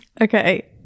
Okay